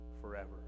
forever